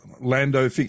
lando